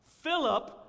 Philip